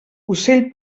ocell